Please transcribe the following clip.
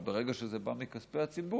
אבל ברגע שזה בא מכספי הציבור,